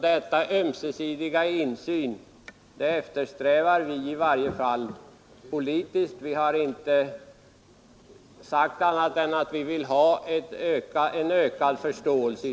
Denna ömsesidiga insyn eftersträvar vi i varje fall politiskt. Vi har inte sagt annat än att vi vill ha en ökad förståelse.